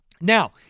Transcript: Now